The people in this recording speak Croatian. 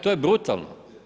To je brutalno.